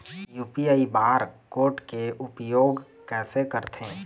UPI bar code के उपयोग कैसे करथें?